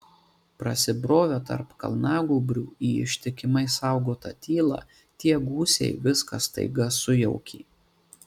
prasibrovę tarp kalnagūbrių į ištikimai saugotą tylą tie gūsiai viską staiga sujaukė